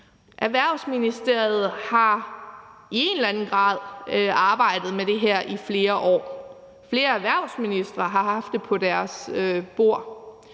Erhvervsministeriet har i en eller anden grad arbejdet med det her i flere år. Flere erhvervsministre har haft det på deres bord.